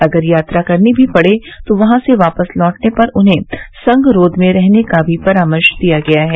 अगर यात्रा करनी भी पड़े तो वहां से वापस लौटने पर उन्हें संघरोध में रहने का भी परामर्श दिया गया है